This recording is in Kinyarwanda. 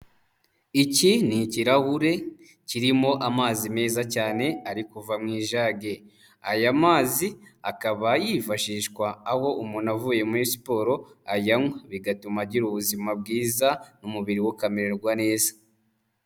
Iki ni ikirahure kirimo amazi meza cyane ari kuva mu ijage, aya mazi akaba yifashishwa aho umuntu avuye muri siporo ayanywa, bigatuma agira ubuzima bwiza, umubiri we ukamererwa neza.